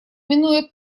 минуя